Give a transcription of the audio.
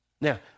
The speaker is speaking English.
Now